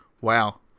Wow